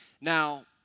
Now